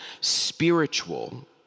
spiritual